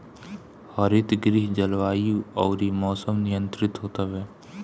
हरितगृह जलवायु अउरी मौसम नियंत्रित होत हवे